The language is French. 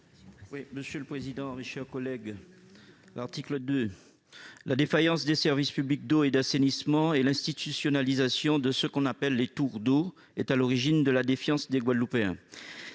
est à M. Dominique Théophile, sur l'article. La défaillance des services publics d'eau et d'assainissement et l'institutionnalisation de ce que l'on appelle les « tours d'eau » sont à l'origine de la défiance des Guadeloupéens.